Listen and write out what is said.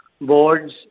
boards